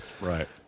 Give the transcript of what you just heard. Right